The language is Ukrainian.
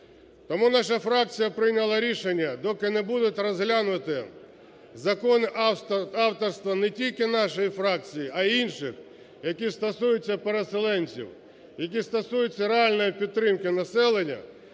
Тому наша фракція прийняла рішення: доки не будуть розглянути закони авторства не тільки нашої фракції, а і інших, які стосуються переселенців, які стосуються реальної підтримки населення,